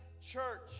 church